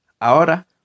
Ahora